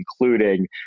including